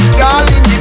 darling